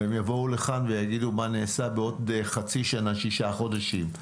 והם יבואו לכאן ויגידו מה נעשה בעוד שישה חודשים.